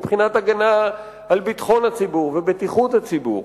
מבחינת הגנה על ביטחון הציבור ובטיחות הציבור.